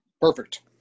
perfect